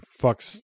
fucks